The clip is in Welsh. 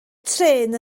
trên